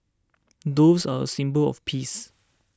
doves are a symbol of peace